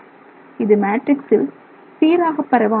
இது மேட்ரிக்சில் சீராக பரவாமல் உள்ளது